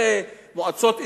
זה מועצות אזוריות,